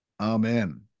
Amen